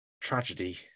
tragedy